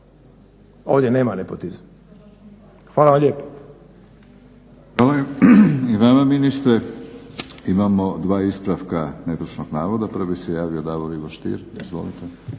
ovdje nema nepotizma. Hvala vam lijepo. **Batinić, Milorad (HNS)** I vama ministre. Imamo dva ispravka netočnog navoda. Prvi se javio Davor Ivo Stier, izvolite.